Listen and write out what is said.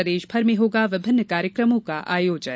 प्रदेशभर में होगा विभिन्न कार्यक्रमों का आयोजन